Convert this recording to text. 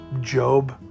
Job